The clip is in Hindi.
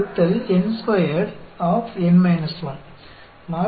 तो यह भी बहुत उपयोगी डिस्ट्रीब्यूशन है